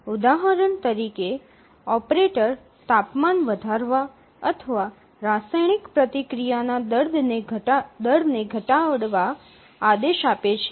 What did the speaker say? ઉદાહરણ તરીકે ઓપરેટર તાપમાન વધારવા અથવા રાસાયણિક પ્રતિક્રિયાના દરને ઘટાડવા આદેશ આપે છે